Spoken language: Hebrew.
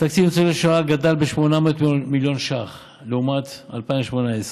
תקציב לניצולי השואה גדל בכ-800 מיליון ש"ח לעומת 2018,